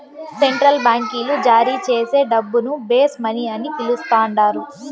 central బాంకీలు జారీచేసే డబ్బును బేస్ మనీ అని పిలస్తండారు